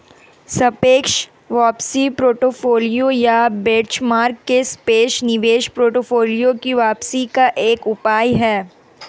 सापेक्ष वापसी पोर्टफोलियो या बेंचमार्क के सापेक्ष निवेश पोर्टफोलियो की वापसी का एक उपाय है